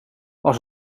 als